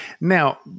now